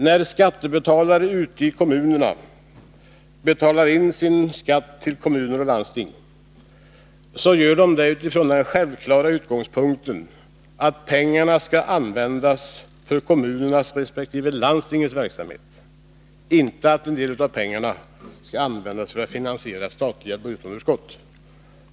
När skattebetalare ute i kommunerna betalar in sin skatt till kommuner och landsting, gör de det utifrån den självklara utgångspunkten att pengarna skall användas för kommunens resp. landstingets verksamhet, inte för att en del av pengarna skall användas för att finansiera statliga budgetunderskott.